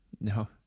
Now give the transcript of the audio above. No